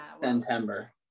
September